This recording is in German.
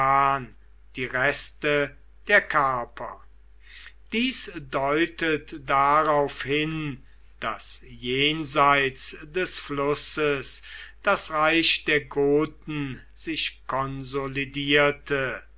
die reste der carper dies deutet darauf hin daß jenseits des flusses das reich der goten sich konsolidierte